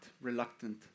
reluctant